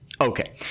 Okay